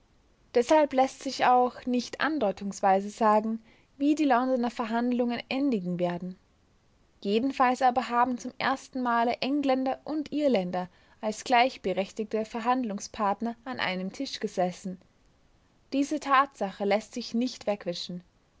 deshalb läßt sich auch nicht andeutungsweise sagen wie die londoner verhandlungen endigen werden jedenfalls aber haben zum erstenmale engländer und irländer als gleichberechtigte verhandlungspartner an einem tisch gesessen diese tatsache läßt sich nicht wegwischen